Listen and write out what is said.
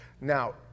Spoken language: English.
Now